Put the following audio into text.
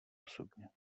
osobně